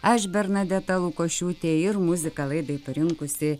aš bernadeta lukošiūtė ir muziką laidai parinkusi